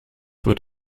wird